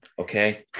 okay